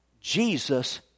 Jesus